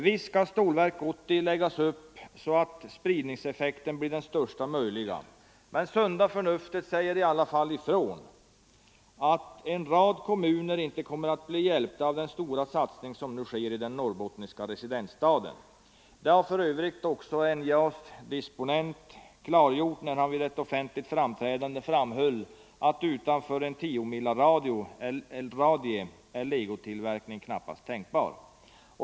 Visst skall Stålverk 80 läggas upp så att spridningseffekten blir den största möjliga, men sunda förnuftet säger ifrån att en rad kommuner inte kommer att bli hjälpta av den stora satsning som nu sker i den norrbottniska residensstaden. Det har för övrigt också NJA:s disponent klargjort vid ett offentligt framträdande, där han framhöll att utanför tiomils radie är legotillverkning knappast tänkbar.